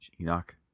enoch